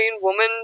woman